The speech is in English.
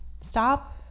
stop